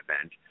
event